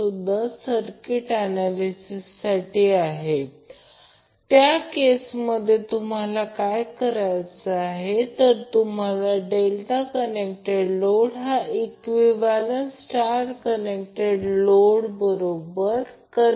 तर ∆ सर्किटचे विश्लेषण करण्याचा एक पर्यायी मार्ग म्हणजे ∆ ट्रान्सफॉर्मेशनचा वापर करून ∆ कनेक्टेड लोडला समतुल्य कनेक्टेड लोडमध्ये रूपांतरित करणे